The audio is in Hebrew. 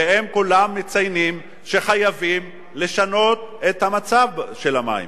והם כולם מציינים שחייבים לשנות את המצב של המים.